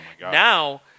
now